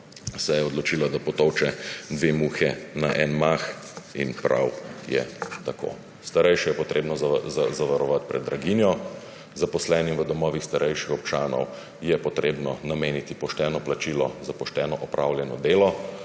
se je odločila, da potolče dve muhi na en mah. In prav je tako. Starejše je treba zavarovati pred draginjo, zaposlenim v domovih starejših občanov je treba nameniti pošteno plačilo za pošteno opravljeno delo.